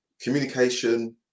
Communication